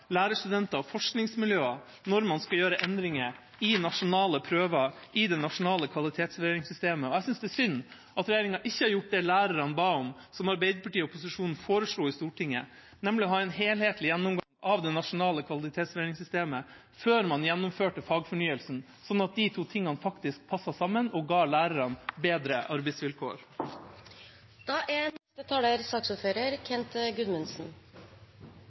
forskningsmiljøer når man skal gjøre endringer i nasjonale prøver og i det nasjonale kvalitetsvurderingssystemet. Jeg synes det er synd at regjeringa ikke har gjort det lærerne ba om, og som Arbeiderpartiet og opposisjonen foreslo i Stortinget, nemlig å ha en helhetlig gjennomgang av det nasjonale kvalitetsvurderingssystemet før man gjennomførte fagfornyelsen, sånn at de to tingene faktisk passet sammen og ga lærerne bedre arbeidsvilkår. Jeg vil takke for debatten. Jeg vil oppklare litt. Det er